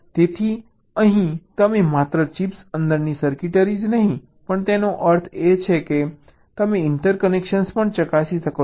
તેથી અહીં તમે માત્ર ચિપ્સ અંદરની સર્કિટરી જ નહીં પણ તેનો અર્થ એ પણ છે કે તમે ઇન્ટરકનેક્શન્સ પણ ચકાસી શકો છો